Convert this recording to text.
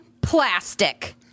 plastic